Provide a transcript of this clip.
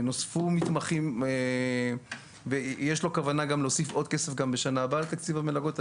נוספו מתמחים ויש לו כוונה להוסיף גם עוד כסף בשנה הבאה לתקציב המלגות.